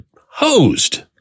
hosed